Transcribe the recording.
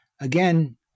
again